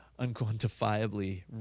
unquantifiably